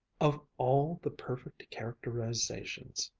of all the perfect characterizations!